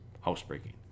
housebreaking